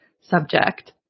subject